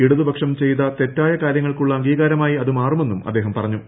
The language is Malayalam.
ഇടതുപക്ഷം ചെയ്ത തെറ്റായ കാര്യങ്ങൾക്കുള്ള അംഗീകാരമായി അതു മാറുമെന്നും അദ്ദേഹം പറഞ്ഞു